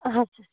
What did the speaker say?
اچھا